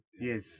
yes